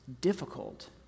difficult